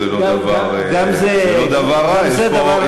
-- זה לא דבר -- גם זה דבר ----- זה לא דבר רע.